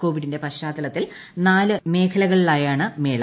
കോവിഡിന്റെ പശ്ചാത്തലത്തിൽ നാല് മേഖലകളിലായാണ് മേള